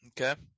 Okay